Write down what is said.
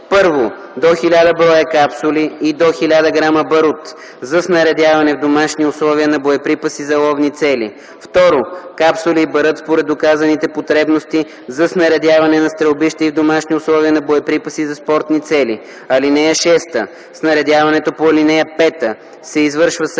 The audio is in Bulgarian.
2: 1. до 1000 бр. капсули и до 1000 грама барут – за снарядяване в домашни условия на боеприпаси за ловни цели; 2. капсули и барут според доказаните потребности – за снарядяване на стрелбища и в домашни условия на боеприпаси за спортни цели. (6) Снарядяването по ал. 5 се извършва само